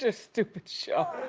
ah stupid show.